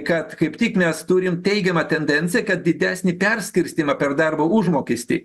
kad kaip tik mes turim teigiamą tendenciją kad didesnį perskirstymą per darbo užmokestį